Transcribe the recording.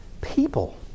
people